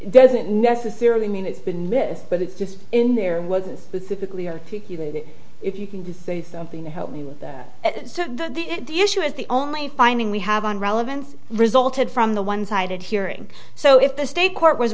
doesn't necessarily mean it's been missed but it's just in there wasn't specifically articulated if you can say something to help me with that so the d issue is the only finding we have on relevance resulted from the one sided hearing so if the state court was